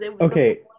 Okay